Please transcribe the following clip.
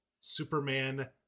Superman